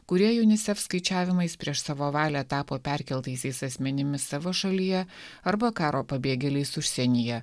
kurie unicef skaičiavimais prieš savo valią tapo perkeltaisiais asmenimis savo šalyje arba karo pabėgėliais užsienyje